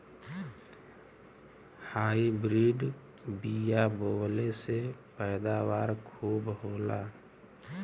hybrid बिया बोवले से पैदावार खूब होला